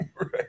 right